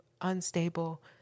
unstable